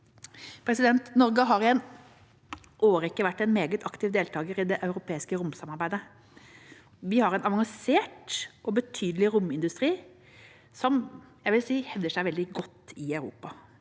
ikke. Norge har i en årrekke vært en meget aktiv deltager i det europeiske romsamarbeidet. Vi har en avansert og betydelig romindustri som jeg vil si hevder seg veldig godt i Europa.